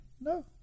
No